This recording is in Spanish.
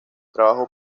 trabajó